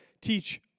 teach